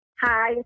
hi